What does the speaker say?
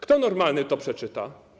Kto normalny to przeczyta?